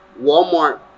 Walmart